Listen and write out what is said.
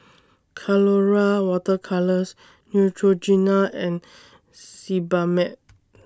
Colora Water Colours Neutrogena and Sebamed